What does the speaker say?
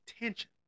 attention